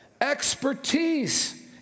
Expertise